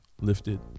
lifted